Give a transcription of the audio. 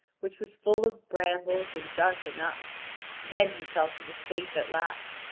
which was full of brambles and dark enough then he felt he was safe at last,